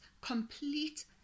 complete